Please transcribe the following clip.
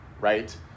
right